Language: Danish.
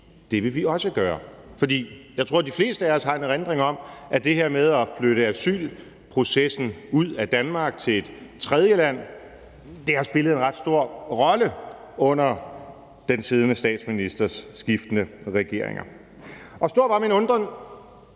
Det vil vi også gøre. For jeg tror, de fleste af os har en erindring om, at det her med at flytte asylprocessen ud af Danmark til et tredjeland har spillet en ret stor rolle under den siddende statsministers skiftende regeringer. Og stor var min undren,